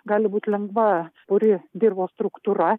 gali būt lengva puri dirvos struktūra